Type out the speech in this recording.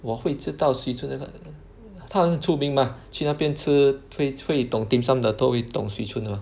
我会知道 Swee-Choon 那个那个它很出名吗去那边吃会会懂 dim sum 的都会懂 Swee-Choon 的 mah